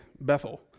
Bethel